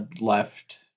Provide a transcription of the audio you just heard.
left